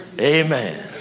Amen